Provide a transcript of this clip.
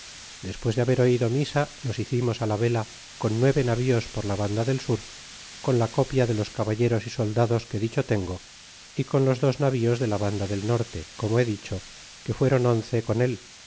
despues de haber oido misa nos hicimos la vela con nueve navíos por la banda del sur con la copia de los caballeros y soldados que dicho tengo y con los dos navíos de la banda del norte como he dicho que fuéron once con el